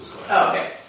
Okay